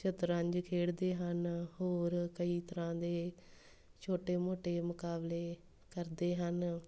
ਸ਼ਤਰੰਜ ਖੇਡਦੇ ਹਨ ਹੋਰ ਕਈ ਤਰ੍ਹਾਂ ਦੇ ਛੋਟੇ ਮੋਟੇ ਮੁਕਾਬਲੇ ਕਰਦੇ ਹਨ